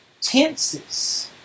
tenses